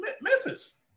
Memphis